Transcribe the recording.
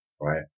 right